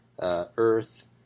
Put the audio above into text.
earth